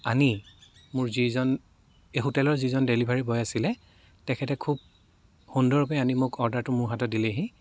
আনি মোৰ যিজন এই হোটেলৰ যিজন ডেলিভাৰী বয় আছিলে তেখেতে খুব সুন্দৰকৈ আনি মোক অৰ্ডাৰটো মোৰ হাতত দিলেহি